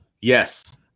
Yes